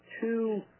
two